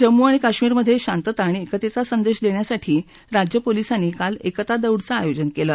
जम्मू आणि काश्मीर्मध्ये शांतता आणि एकतेचा संदेश देण्यासाठी राज्य पोलिसांनी काल एकता दौडचं आयोजन केलं